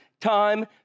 time